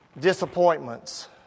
disappointments